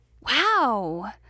Wow